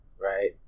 right